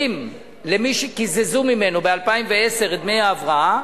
שלפיה מחזירים למי שקיזזו ממנו ב-2010 את דמי ההבראה.